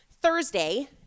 Thursday